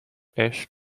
ashe